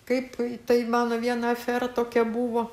kaip tai mano viena afera tokia buvo